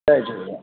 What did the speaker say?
Jay Jhulelal